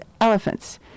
elephants